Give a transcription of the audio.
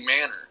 manner